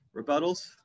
rebuttals